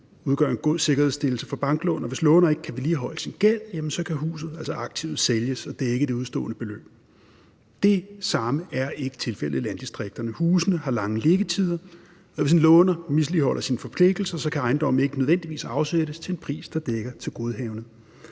udgør en god sikkerhedsstillelse for banklån, og hvis låner ikke kan vedligeholde sin gæld, jamen så kan huset aktivt sælges, og det er ikke et udestående beløb. Det samme er ikke tilfældet i landdistrikterne. Husene har lange liggetider, og hvis en låner misligholder sine forpligtelser, kan ejendommen ikke nødvendigvis afsættes til en pris, der dækker tilgodehavendet.